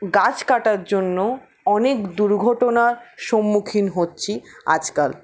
গাছ কাটার জন্য অনেক দুর্ঘটনার সম্মুখীন হচ্ছি আজকাল